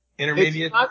intermediate